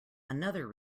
another